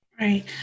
Right